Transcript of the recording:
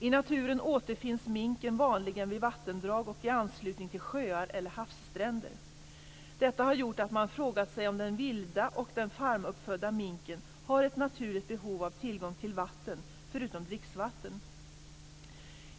I naturen återfinns minken vanligen vid vattendrag och i anslutning till sjöar eller havsstränder. Detta har gjort att man frågat sig om den vilda och den farmuppfödda minken har ett naturligt behov av tillgång till vatten förutom dricksvatten.